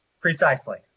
precisely